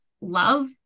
love